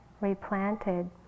replanted